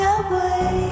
away